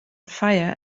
fire